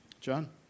John